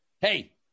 hey